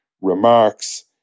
remarks